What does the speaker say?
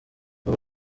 aba